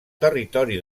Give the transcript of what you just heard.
territori